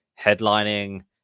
headlining